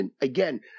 Again